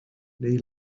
neu